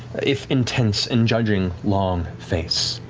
if intense and judging, long face.